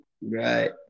Right